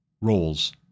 roles